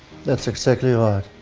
that's exactly ah